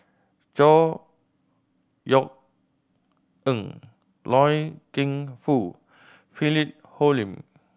Chor Yeok Eng Loy Keng Foo Philip Hoalim